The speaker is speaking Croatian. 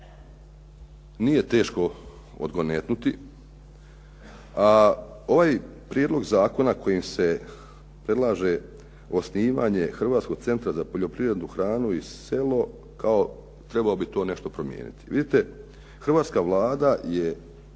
nije teško odgonetnuti, a ovaj prijedlog zakona kojim se predlaže osnivanje Hrvatskog centra za poljoprivredu, hranu i selo kao trebao bi to nešto promijeniti. Vidite hrvatska Vlada